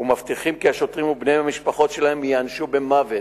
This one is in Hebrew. ומבטיחים כי השוטרים ובני משפחותיהם ייענשו במוות.